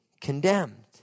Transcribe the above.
condemned